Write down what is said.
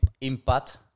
impact